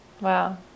wow